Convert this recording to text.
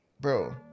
bro